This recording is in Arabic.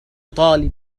طالب